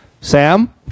Sam